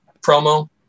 promo